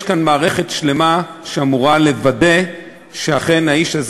יש כאן מערכת שלמה שאמורה לוודא שאכן האיש הזה